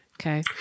Okay